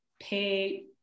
pay